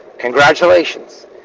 Congratulations